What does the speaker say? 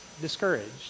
discouraged